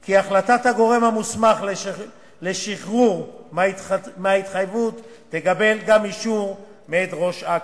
כי החלטת הגורם המוסמך לשחרור מההתחייבות תקבל גם אישור מאת ראש אכ"א.